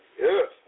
Yes